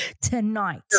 tonight